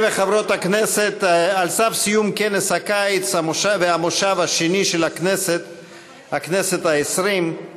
התשע"ו 2016, הוועדה המשותפת עם